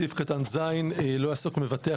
סעיף קטן (ז): "לא יעסוק מבטח,